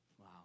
Wow